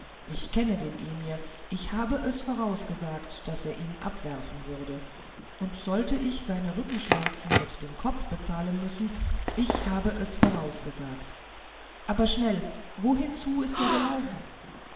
ich kenne den emir ich habe es vorausgesagt daß er ihn abwerfen würde und sollte ich seine rückenschmerzen mit dem kopfe bezahlen müssen ich habe es vorausgesagt aber schnell wohinzu ist er gelaufen